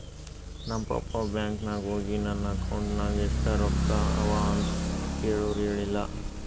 ನಮ್ ಪಪ್ಪಾ ಬ್ಯಾಂಕ್ ನಾಗ್ ಹೋಗಿ ನನ್ ಅಕೌಂಟ್ ನಾಗ್ ಎಷ್ಟ ರೊಕ್ಕಾ ಅವಾ ಅಂತ್ ಕೇಳುರ್ ಹೇಳಿಲ್ಲ